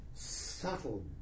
Subtle